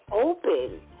open